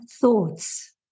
thoughts